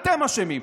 אתם אשמים.